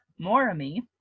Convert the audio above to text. Morami